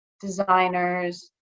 designers